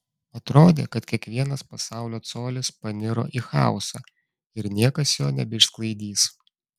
atrodė kad kiekvienas pasaulio colis paniro į chaosą ir niekas jo nebeišsklaidys